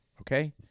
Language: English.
Okay